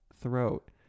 throat